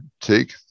Take